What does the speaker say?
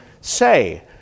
say